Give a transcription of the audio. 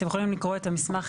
אתם יכולים לקרוא את המסמך,